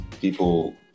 people